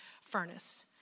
furnace